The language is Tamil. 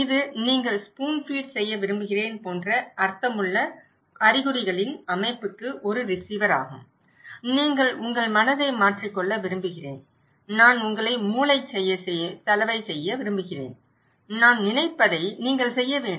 இது நீங்கள் ஸ்பூன் ஃபீட் செய்ய விரும்புகிறேன் போன்ற அர்த்தமுள்ள அறிகுறிகளின் அமைப்புக்கு ஒரு ரிசீவர் ஆகும் நீங்கள் உங்கள் மனதை மாற்றிக்கொள்ள விரும்புகிறேன் நான் உங்களை மூளைச் சலவை செய்ய விரும்புகிறேன் நான் நினைப்பதை நீங்கள் செய்ய வேண்டும்